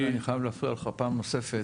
סליחה, אני חייב להפריע לך פעם נוספת.